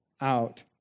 out